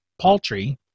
paltry